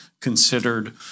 considered